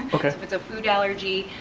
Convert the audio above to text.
okay. so if it's a food allergy.